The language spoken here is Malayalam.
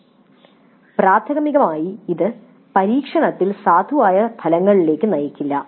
" പ്രാഥമികമായി ഇത് പരീക്ഷണത്തിൽ സാധുവായ ഫലങ്ങളിലേക്ക് നയിക്കില്ല